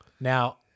Now